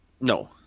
No